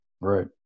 right